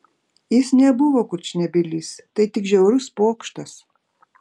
jis nebuvo kurčnebylis tai tik žiaurus pokštas